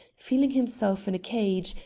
feeling himself in a cage,